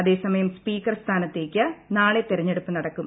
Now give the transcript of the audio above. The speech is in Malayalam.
അതേസമയം സ്പീക്കർ സ്ഥാനത്തേക്ക് നാളെ തെരഞ്ഞെടുപ്പ് നടക്കും